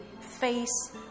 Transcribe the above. face